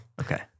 Okay